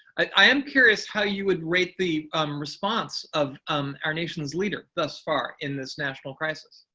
i am curious how you would rate the response of our nation's leader thus far in this national crisis.